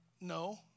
no